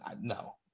no